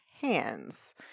hands